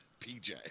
PJ